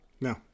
No